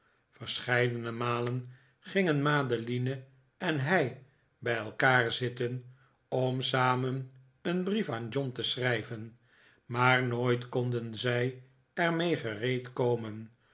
verscheidene malen gingen madeline en hij bij elkaar zitten om samen een brief aan john te schrijven maar nooit konden zij er mee